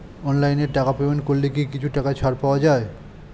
অনলাইনে টাকা পেমেন্ট করলে কি কিছু টাকা ছাড় পাওয়া যায়?